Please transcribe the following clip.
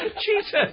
Jesus